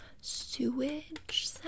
sewage